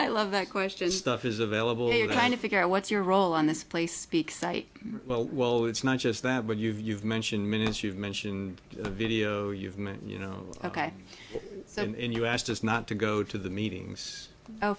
i love that question stuff is available here trying to figure out what's your role on this place speak site well well it's not just that but you've mentioned minutes you've mentioned video you've made you know ok so and you asked us not to go to the meetings